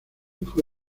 fue